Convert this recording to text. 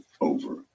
over